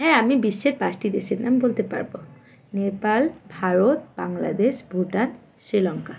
হ্যাঁ আমি বিশ্বের পাঁশটি দেশের নাম বলতে পারবো নেপাল ভারত বাংলাদেশ ভুটান শ্রীলঙ্কা